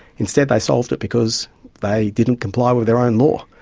instead they solved it because they didn't comply with their own law.